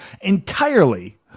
entirely